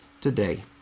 today